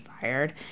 fired